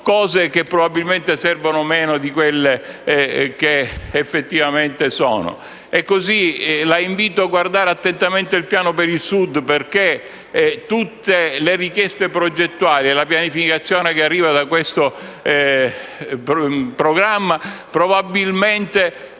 cose che probabilmente servono meno di quelle di cui c'è effettivamente bisogno. Signor Ministro, la invito anche a guardare attentamente il Piano per il Sud, perché tutte le richieste progettuali e la pianificazione che arrivano da questo programma probabilmente